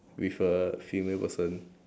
with a female person